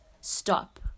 stop